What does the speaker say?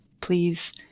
please